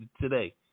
today